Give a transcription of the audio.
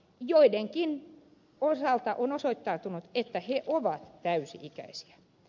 joidenkin osalta on osoittautunut että he ovat täysi ikäisiä